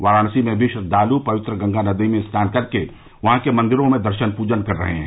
वाराणसी में भी श्रद्वालु पवित्र गंगा नदी में स्नान कर के वहां के मंदिरों में दर्शन पूजन कर रहे हैं